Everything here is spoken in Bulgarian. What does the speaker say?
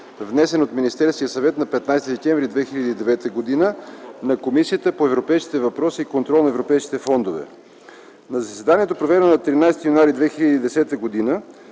внесен от Министерския съвет на 15.12.2009 г. на Комисията по европейските въпроси и контрол на европейските фондове На заседанието, проведено на 13 януари 2010 г.,